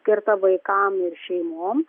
skirta vaikam ir šeimom